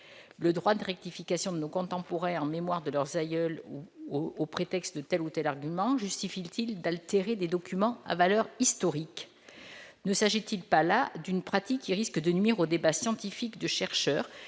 le droit de rectification de nos contemporains en mémoire de leurs aïeuls au prétexte de telle ou telle arguments justifient d'altérer des documents à valeur historique ne s'agit-il pas là d'une pratique qui risque de nuire au débat scientifique de chercheurs